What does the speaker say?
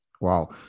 wow